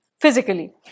physically